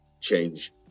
change